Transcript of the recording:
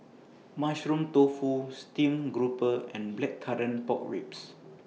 Mushroom Tofu Steamed Grouper and Blackcurrant Pork Ribs